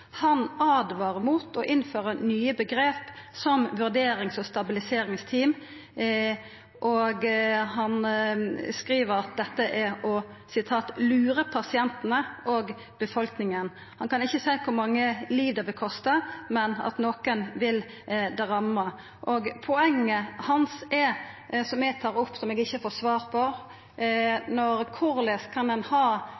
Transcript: Han åtvarar mot å innføra nye omgrep, som «vurderings- og stabiliseringsteam», og han skriv at dette er å lura pasientane og befolkninga. Han kan ikkje seia kor mange liv det vil kosta, men at nokon vil det ramma. Poenget hans – som eg tar opp, og som eg ikkje får svar på